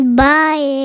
bye